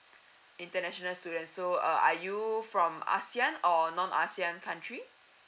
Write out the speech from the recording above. international student so uh are you from asean or non asean country